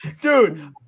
Dude